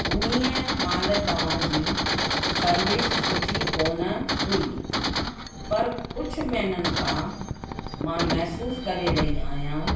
उन महिल तव्हांजी सर्विस सुठी कोन हुई पर कुझु महीननि मां महिसूसु करे रही आहियां